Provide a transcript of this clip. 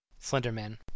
Slenderman